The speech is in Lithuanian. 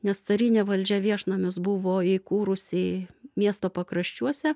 nes carinė valdžia viešnamis buvo įkūrusi miesto pakraščiuose